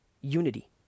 unity